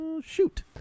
Shoot